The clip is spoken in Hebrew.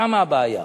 שם הבעיה.